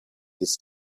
this